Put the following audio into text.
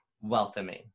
welcoming